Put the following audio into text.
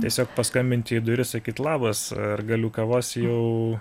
tiesiog paskambinti į duris sakyt labas ar galiu kavos jau